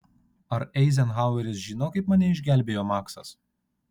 ar eizenhaueris žino kaip mane išgelbėjo maksas